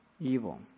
Evil